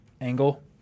angle